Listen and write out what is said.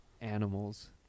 animals